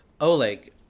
Oleg